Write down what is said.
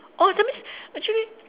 orh that means actually